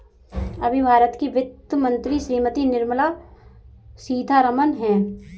अभी भारत की वित्त मंत्री श्रीमती निर्मला सीथारमन हैं